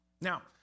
Now